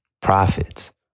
Profits